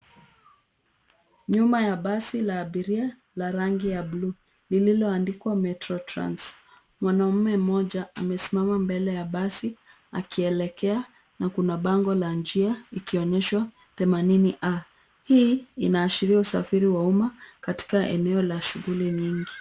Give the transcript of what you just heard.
Nyuma ya basi la abiria, la rangi ya buluu, lililoandikwa Metro trans. Mwanaume mmoja amesimama mbele ya basi, akielekea na kuna bango la njia ikionyeshwa 80a.Hii inaashiria usafiri wa umma katika eneo la shughuli nyingi.